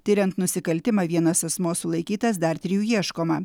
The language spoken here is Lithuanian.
tiriant nusikaltimą vienas asmuo sulaikytas dar trijų ieškoma